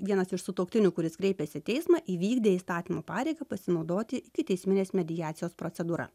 vienas iš sutuoktinių kuris kreipėsi į teismą įvykdė įstatymo pareigą pasinaudoti ikiteisminės mediacijos procedūra